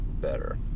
better